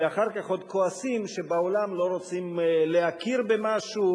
ואחר כך עוד כועסים שבעולם לא רוצים להכיר במשהו,